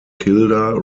kilda